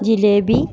jalebi